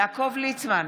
יעקב ליצמן,